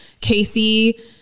Casey